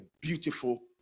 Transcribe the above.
beautiful